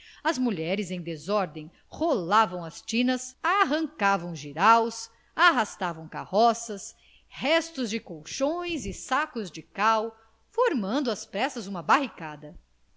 as mulheres em desordem rolavam as tinas arrancavam jiraus arrastavam carroças restos de colchões e sacos de cal formando às pressas uma barricada